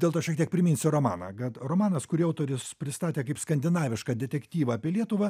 dėl to šiek tiek priminsiu romaną kad romanas kurį autorius pristatė kaip skandinavišką detektyvą apie lietuvą